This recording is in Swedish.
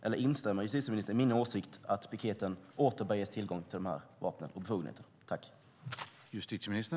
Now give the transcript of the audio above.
Eller instämmer justitieministern i min åsikt att piketen åter bör ges tillgång till dessa vapen och befogenheter?